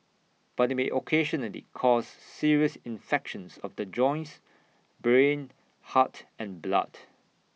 but they may occasionally cause serious infections of the joints brain heart and blood